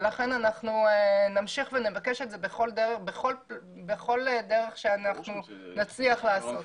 ולכן אנחנו נמשיך ונבקש את זה בכל דרך שאנחנו נצליח לעשות את זה.